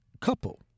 couple